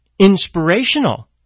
inspirational